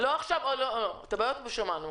את הבעיות כבר שמענו.